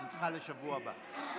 זה נדחה לשבוע הבא.